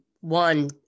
one